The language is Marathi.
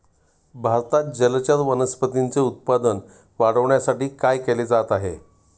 भारतात जलचर वनस्पतींचे उत्पादन वाढविण्यासाठी काय केले जात आहे?